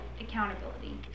accountability